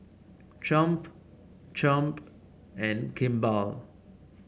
Triumph Triumph and Kimball